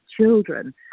children